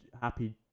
happy